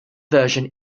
version